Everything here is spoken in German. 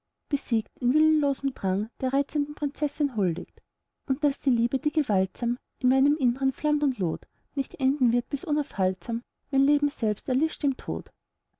besiegt in willenlosem drang der reizenden prinzessin huldigt und daß die liebe die gewaltsam in meinem innern flammt und loht nicht enden wird bis unaufhaltsam mein leben selbst erlischt im tod